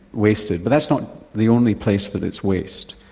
wasted. but that's not the only place that it's wasted.